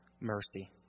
mercy